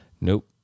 Nope